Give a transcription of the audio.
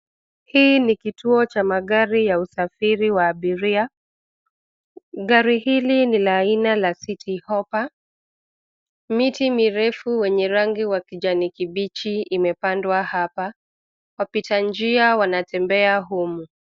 Hii ni kituo cha magari ya usafiri wa abiria. Gari hili ni la aina la Citi hoppa. Miti mirefu wenye rangi wa kijani kibichi imepandwa hapa. Wapita njia wanatembea humu.